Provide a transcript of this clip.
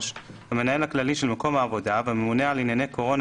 (3)המנהל הכללי של מקום העבודה והממונה על ענייני קורונה